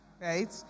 right